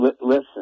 listen